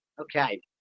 Okay